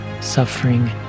suffering